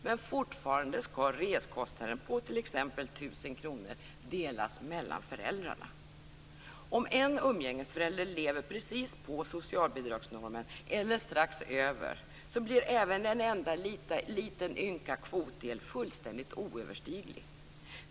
Men fortfarande skall reskostnaden på t.ex. 1 000 kr delas mellan föräldrarna. Om en umgängesförälder lever precis på socialbidragsnormen eller strax över blir även en enda liten ynka kvotdel fullständigt oöverstiglig.